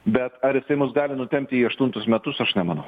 bet ar seimas gali nutempti į aštuntus metus aš nemanau